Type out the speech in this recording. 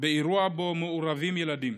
באירוע שבו מעורבים ילדים.